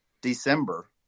December